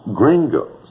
gringos